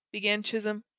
began chisholm,